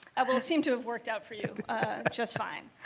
well, it seemed to have worked out for you just fine.